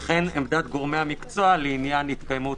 וכן עמדת גורמי המקצוע לעניין התקיימות